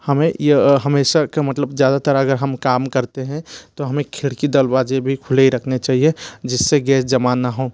हमें यह हमेशा का मतलब ज़्यादातर अगर हम काम करते हैं तो हमें खिड़की दरवाज़े भी खुले ही रखने चाहिए जिस से गैस जमा ना हो